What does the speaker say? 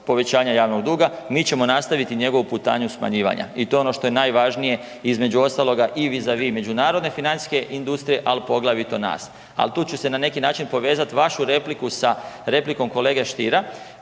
povećanja javnog duga, mi ćemo nastaviti njegovu putanju smanjivanja i to je ono što je najvažnije, između ostaloga i vizavi međunarodne financijske industrije, al poglavito nas, al tu ću se na neki način povezat vašu repliku sa replikom kolege Stiera.